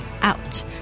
out